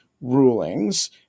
rulings